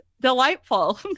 delightful